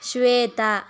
Shweta